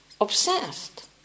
obsessed